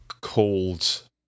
called